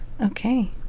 Okay